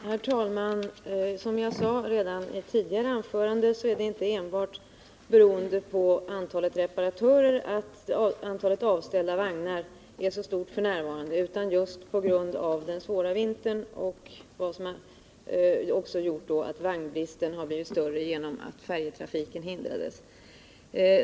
Herr talman! Som jag sade i mitt tidigare anförande beror det inte enbart på antalet reparatörer att antalet avställda vagnar f. n. är så stort; den svåra vintern har gjort att vagnbristen har blivit större på grund av att färjetrafiken hindrats.